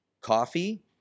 coffee